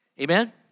Amen